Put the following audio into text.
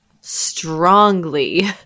strongly